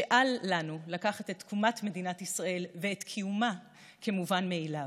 שאל לנו לקחת את תקומת מדינת ישראל ואת קיומה כמובן מאליו.